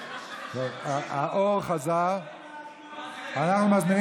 777. מהאחים המוסלמים.